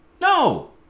No